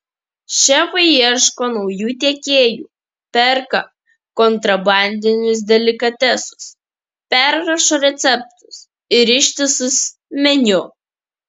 šefai ieško naujų tiekėjų perka kontrabandinius delikatesus perrašo receptus ir ištisus meniu